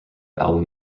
album